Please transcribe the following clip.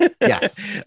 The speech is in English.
yes